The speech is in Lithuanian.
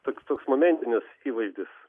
toks toks momentinis įvaizdis